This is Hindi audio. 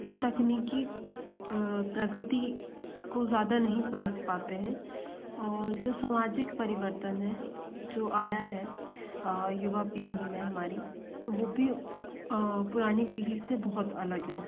वो तकनीकी प्रगति को ज़्यादा नहीं समझ पाते हैं और जो सामाजिक परिवर्तन है जो आया है युवा पीढ़ी में हमारी वो भी पुरानी पीढ़ी से बहुत अलग है